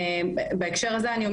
בהקשר הזה,